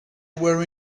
were